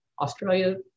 Australia